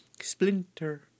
Splinter